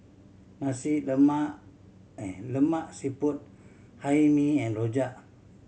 Nasi Lemak Lemak Siput Hae Mee and rojak